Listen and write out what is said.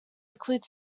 included